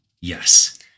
Yes